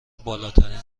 بالاترین